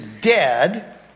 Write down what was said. dead